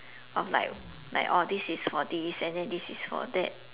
of like like oh this is for this and then this is for that